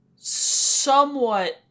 somewhat